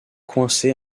coincé